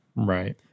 Right